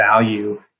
value